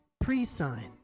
pre-sign